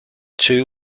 two